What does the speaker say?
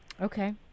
Okay